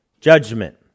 judgment